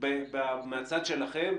מהצד שלכם?